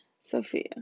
Sophia